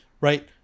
right